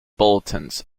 bulletins